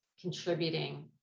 contributing